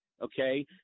okay